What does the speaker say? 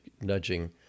nudging